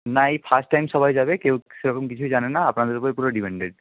না এই first time সবাই যাবে কেউ সেরকম কিছুই জানে না আপনাদের উপরে পুরো ডিপেন্ডেন্ট